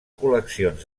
col·leccions